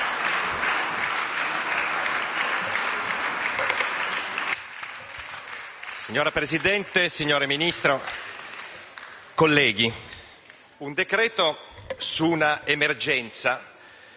Signora Presidente, signor Ministro, colleghi, il decreto su un'emergenza